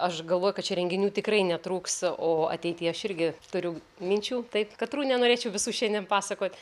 aš galvoju kad čia renginių tikrai netrūks o ateity aš irgi turiu minčių taip katrų nenorėčiau visų šiandien pasakot